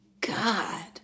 God